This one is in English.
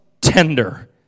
tender